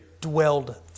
dwelled